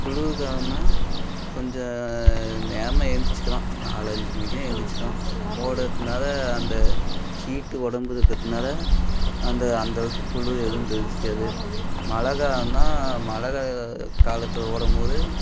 குளிர் காலன்னா கொஞ்சம் நேரமாக எழுந்துச்சிக்கலாம் நாலு அஞ்சு மணிக்கே எழுந்துச்சிக்கலாம் ஓடுறத்துனால அந்த ஹீட்டு உடம்புல இருக்கிறத்துனால அந்த அந்தளவுக்கு குளிர் எதுவும் தெரிஞ்சுக்காது மழை காலன்னால் மழை கால காலத்தில் ஓடும் போது